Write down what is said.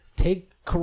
Take